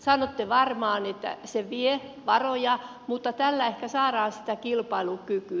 sanotte varmaan että se vie varoja mutta tällä ehkä saadaan sitä kilpailukykyä